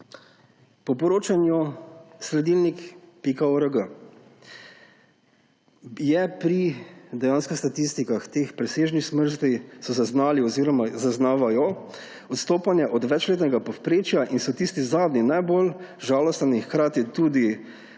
Po poročanju sledilnik.org. pri dejanskih statistikah teh presežnih smrti zaznavajo odstopanje od večletnega povprečja in so tisti zadnji najbolj žalostni in hkrati tudi